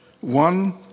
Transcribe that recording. One